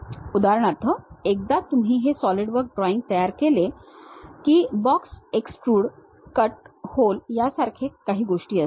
उदाहरणार्थ एकदा तुम्ही हे सॉलिडवर्क ड्रॉईंग तयार केले की बॉस एक्सट्रूड कट होल यासारखे गोष्टी असतील